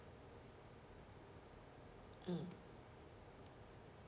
mm